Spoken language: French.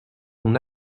son